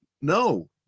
No